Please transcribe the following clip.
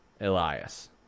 Elias